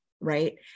right